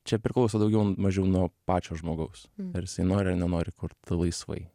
čia priklauso daugiau mažiau nuo pačio žmogaus ar jisai nori ar nenori kurt laisvai